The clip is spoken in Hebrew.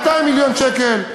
200 מיליון ש"ח,